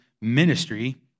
ministry